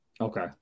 okay